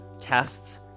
tests